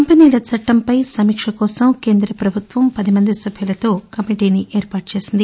కంపెనీల చట్టంపై సమీక్ష కోసం కేంద ప్రభుత్వం పదిమంది సభ్యులతో కమిటీని ఏర్పాటు చేసింది